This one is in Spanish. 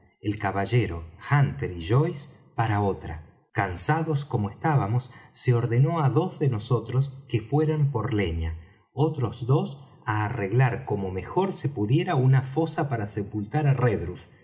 el caballero hunter y joyce para otra cansados como estábamos se ordenó á dos de nosotros que fueran por leña otros dos á arreglar como mejor se pudiera una fosa para sepultar á redruth